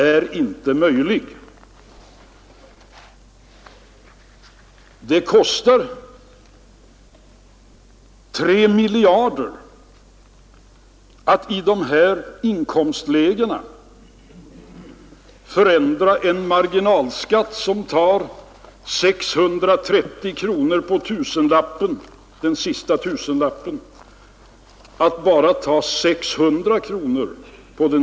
Det skulle kosta oss 3 miljarder kronor att i de inkomstlägen det här är fråga om förändra en marginalskatt som nu tar 630 kronor på de sista intjänta I 000 kronorna dithän att man nöjde sig med att ta bara 600 kronor i stället.